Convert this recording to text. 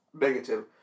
negative